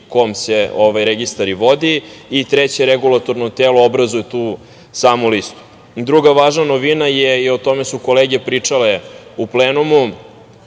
ovaj registar i vodi. Treće, regulatorno telo obrazuje tu samu listu. Druga važna novina, o tome su kolege pričale u plenumu,